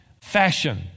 fashion